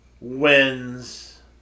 wins